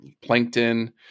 plankton